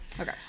Okay